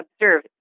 observe